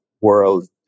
world